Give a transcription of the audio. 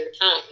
time